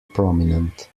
prominent